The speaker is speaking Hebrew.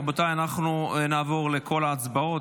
רבותיי, אנחנו נעבור לכל ההצבעות.